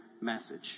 message